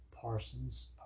Parsons